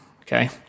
okay